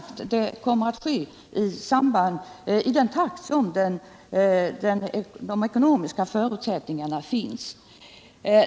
Detta kommer att ske, som jag redan sagt, i den takt som de ekonomiska förutsättningarna medger.